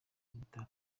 kizatuma